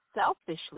selfishly